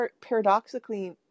paradoxically